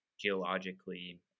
geologically